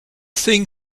thing